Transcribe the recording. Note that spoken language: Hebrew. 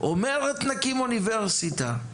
אומרת נקים אוניברסיטה,